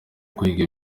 kwiga